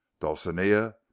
Dulcinea